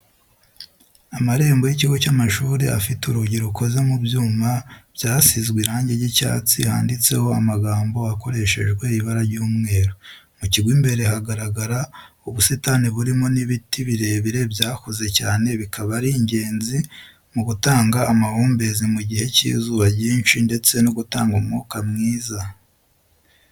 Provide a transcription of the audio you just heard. Amarembo y'ikigo cy'amashuri afite urugi rukoze mu byuma byasizwe irangi ry'icyatsi handitseho amagambo akoreshejwe ibara ry'umweru, mu kigo imbere hagaragara ubusitani burimo n'ibiti birebire byakuze cyane bikaba ari ingenzi mu gutanga amahumbezi mu gihe cy'izuba ryinshi ndetse no gutanga umwuka mwiza.